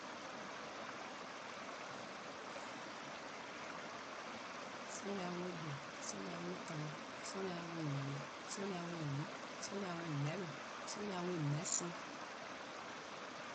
'Sorle-a 'we-eh :due', 'sorle-a 'we 'taan, 'sorle-a 'we nyieh, 'sorle-a 'we :mm', 'sorle-a 'we :meheh'lo:, 'sorle-a 'we :meheh' 'sorn